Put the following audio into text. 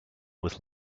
with